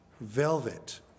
velvet